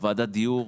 בוועדת דיור,